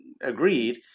agreed